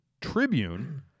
Tribune